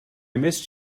missed